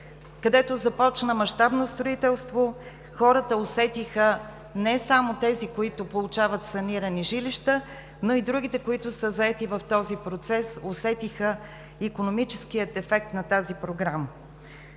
където започна мащабно строителство, хората усетиха – не само тези, които получават санирани жилища, но и другите, заети в този процес, усетиха икономическия ефект на тази Програма.